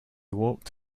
walked